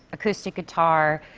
acoustic guitar.